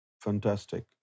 fantastic